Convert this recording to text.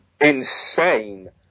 Insane